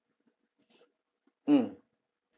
mm